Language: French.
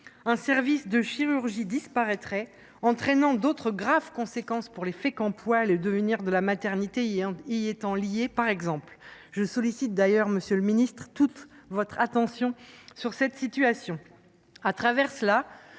un service de chirurgie disparaîtrait, entraînant d’autres graves conséquences pour les Fécampois, le devenir de la maternité y étant par exemple lié. Je sollicite d’ailleurs, monsieur le ministre, toute votre attention sur cette situation. En évoquant cet